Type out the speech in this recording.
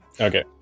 Okay